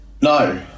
no